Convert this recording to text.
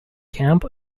camp